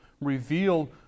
reveal